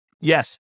Yes